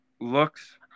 looks